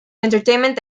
entertainment